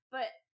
But-